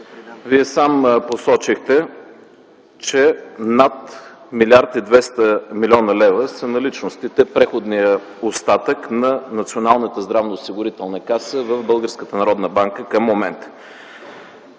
Вие сам посочихте, че над 1 млрд. 200 млн. лв. са наличностите, преходният остатък на Националната здравноосигурителна каса в Българската